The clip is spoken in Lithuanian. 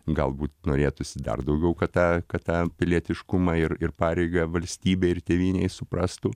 galbūt norėtųsi dar daugiau kad tą kad tą pilietiškumą ir ir pareigą valstybei ir tėvynei suprastų